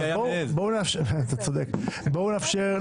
אינני יודע.